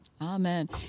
Amen